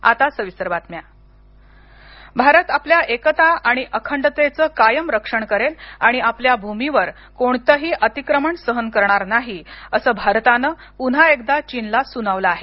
भारत चीन चर्चा भारत आपल्या एकता आणि अखंडतेचं कायम रक्षण करेल आणि आपल्या भूमीवर कोणतही अतिक्रमण सहन करणार नाही असं भारतानं पुन्हा एकदा चीनला सुनावलं आहे